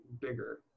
bigger